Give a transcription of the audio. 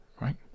right